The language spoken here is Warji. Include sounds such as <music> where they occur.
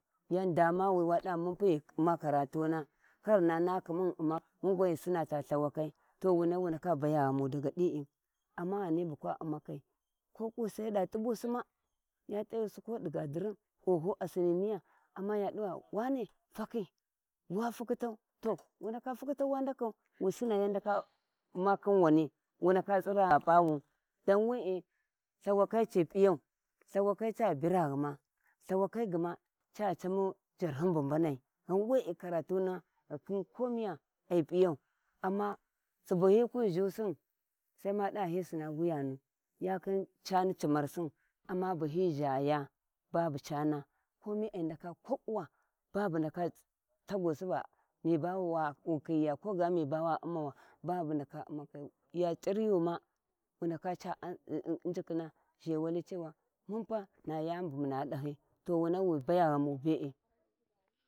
Yau dawawi wadava mum pug hi umma karatuna, kar hina nahamun umma karatunu mu gwan ghi sinna ca lthawakai to wunai wu ndaka baya ghamu daga dii amma ghani bu wa umnakai kaƙu sai yada y'ɓusi ma ya t`ayusi kodi gadirum oho a sinni miya amma ya diva wane takhi wa fukhitau to wu ndaka futhitau wa ndakau wi sinna yan ndaka ummuni khin wani wu ndaka tsira a p'iyau lthawakai ca bira ghuma lthwatukai gma ca camu jarhum mbanai gha wee karatuna, ghikhi kamuya ai p'iyau, amma hi suna wuyana ya subu hi kwi zhusi sai ma dava khin cani ciwarsir amma buhi zhaya bubu cana kowai ai ndaka kaƙuwa babu ndaka <hesitation> mi bawu khiya koga mi bawa umawa ba bu ndaka umakai ya ciryiyu wu ndaka ce <hesitation> injikhina mumga na yani bu munadahi to wunai wi baya ghamu be`e.